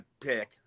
pick